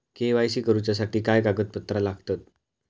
KYC करूच्यासाठी काय कागदपत्रा लागतत?